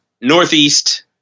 Northeast